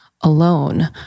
alone